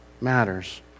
matters